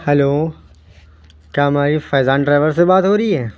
hello کیا ہماری Faizan driver سے بات ہو رہی ہے